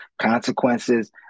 consequences